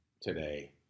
today